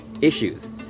issues